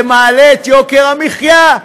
זה מעלה את יוקר המחיה.